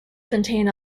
contain